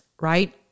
right